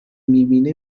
میبینه